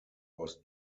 was